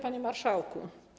Panie Marszałku!